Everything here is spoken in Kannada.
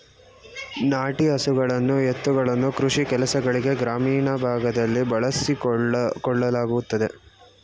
ನಾಟಿ ಹಸುಗಳನ್ನು ಎತ್ತುಗಳನ್ನು ಕೃಷಿ ಕೆಲಸಗಳಿಗೆ ಗ್ರಾಮೀಣ ಭಾಗದಲ್ಲಿ ಬಳಸಿಕೊಳ್ಳಲಾಗುತ್ತದೆ